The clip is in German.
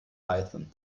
python